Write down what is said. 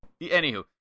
Anywho